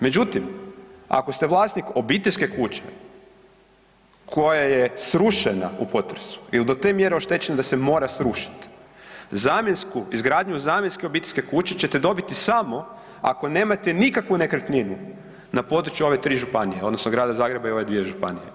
Međutim, ako ste vlasnik obiteljske kuće, koja je srušena u potresu ili do te mjere oštećena da se mora srušiti, zamjensku, izgradnju zamjenske obiteljske kuće ćete dobiti samo ako nemate nikakvu nekretninu na području ove 3. županije, odnosno Grada Zagreba i ove 2 županije.